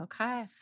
Okay